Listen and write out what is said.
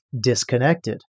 disconnected